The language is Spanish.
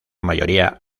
mayoría